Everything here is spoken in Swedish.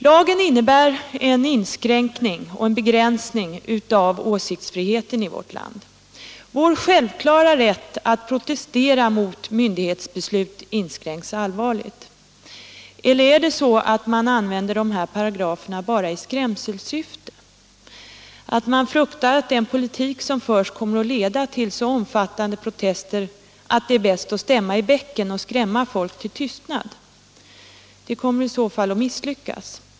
Lagen innebär en inskränkning och en begränsning av åsiktsfriheten i vårt land. Vår självklara rätt att demonstrera mot myndighetsbeslut inskränks allvarligt. Eller är det så att man använder de här paragraferna bara i skrämselsyfte, att man fruktar att den politik som förs kommer att leda till så omfattande protester att det är bäst att stämma i bäcken och skrämma folk till tystnad? Det kommer i så fall att misslyckas.